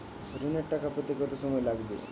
ঋণের টাকা পেতে কত সময় লাগবে?